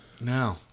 No